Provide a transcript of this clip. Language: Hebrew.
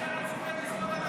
--- אתה מציע לסגור את ערוץ 14?